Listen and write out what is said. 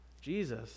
Jesus